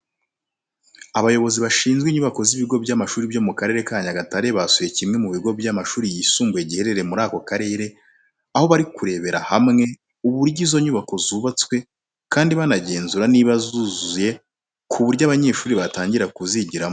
Abayobozi bashinzwe inyubako z'ibigo by'amashuri byo mu Karere ka Nyagatare basuye kimwe mu bigo by'amashuri yisumbuye giherereye muri ako karere, aho bari kurebera hamwe uburyo izo nyubako zubatswe kandi banagenzura niba zuzuye ku buryo abanyeshuri batangira kuzigiramo.